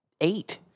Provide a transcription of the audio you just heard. eight